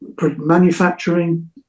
manufacturing